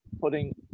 putting